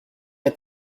est